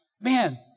man